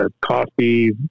coffee